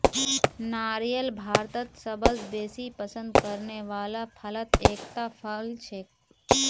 नारियल भारतत सबस बेसी पसंद करने वाला फलत एकता फल छिके